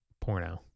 porno